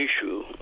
issue